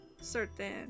certain